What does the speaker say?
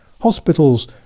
Hospitals